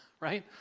right